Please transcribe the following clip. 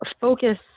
focus